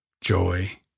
joy